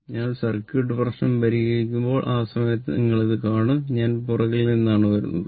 ഞങ്ങൾ സർക്യൂട്ട് പ്രശ്നം പരിഹരിക്കുമ്പോൾ ആ സമയത്ത് നിങ്ങൾ ഇത് കാണും ഞാൻ പുറകിൽ നിന്നാണ് വന്നത്